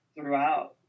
throughout